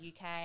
UK